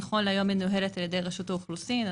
נכון להיום מנוהלת על-ידי רשות האוכלוסין,